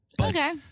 Okay